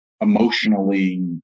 emotionally